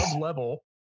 level